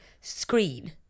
screen